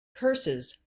curses